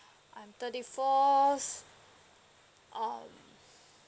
I'm thirty fours um